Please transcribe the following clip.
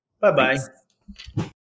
Bye-bye